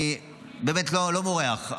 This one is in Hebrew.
אני באמת לא מורח,